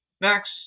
Next